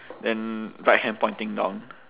then right hand pointing down